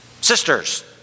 Sisters